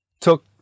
took